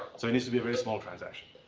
so it needs to be a very small transaction.